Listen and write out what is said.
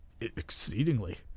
Exceedingly